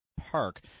Park